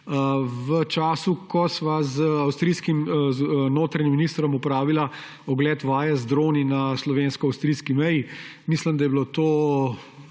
v času, ko sva z avstrijskim notranjim ministrom opravila ogled vaje z droni na slovensko-avstrijski meji. Mislim, da je bilo to